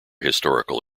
historical